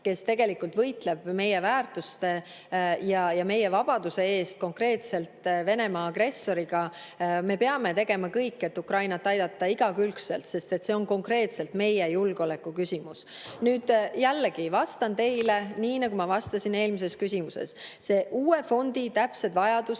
kes tegelikult võitleb meie väärtuste ja meie vabaduse eest konkreetselt Venemaaga, agressoriga. Me peame tegema kõik, et Ukrainat igakülgselt aidata, sest see on konkreetselt meie julgeoleku küsimus. Nüüd, jällegi vastan teile nii, nagu ma vastasin eelmises küsimuses. Uue fondi täpsed vajadused,